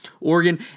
Oregon